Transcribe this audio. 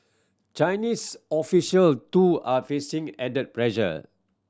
Chinese official too are facing added pressure